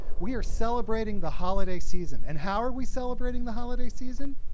we are celebrating the holiday season. and how are we celebrating the holiday season?